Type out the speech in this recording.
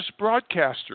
broadcasters